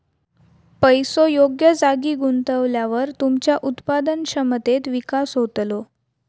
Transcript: पैसो योग्य जागी गुंतवल्यावर तुमच्या उत्पादन क्षमतेत विकास होतलो